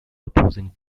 opposing